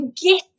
get